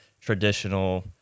traditional